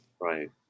Right